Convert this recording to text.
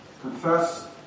confess